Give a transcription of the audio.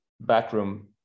backroom